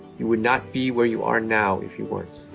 you would not be where you are now, if you weren't.